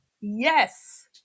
yes